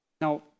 Now